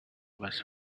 was